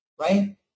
right